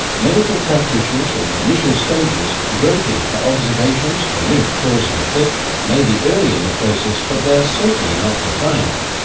medical practitioners in the initial stages groping for observations to link cause and effect may be early in the process but they are certainly not defying it.